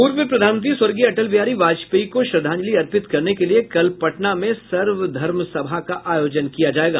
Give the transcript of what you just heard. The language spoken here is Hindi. पूर्व प्रधानमंत्री स्वर्गीय अटल बिहारी वाजपेयी को श्रद्धांजलि अर्पित करने के लिये कल पटना में सर्व धर्म सभा का आयोजन किया जायेगा